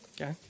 Okay